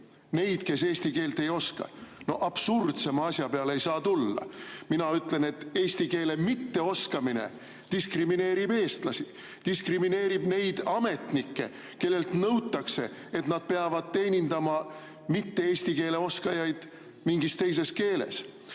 neid, kes eesti keelt ei oska. No absurdsema asja peale ei saa tulla. Mina ütlen, et eesti keele mitteoskamine diskrimineerib eestlasi, diskrimineerib neid ametnikke, kellelt nõutakse, et nad peavad teenindama mitte eesti keele oskajaid mingis teises keeles. Ja